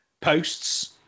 posts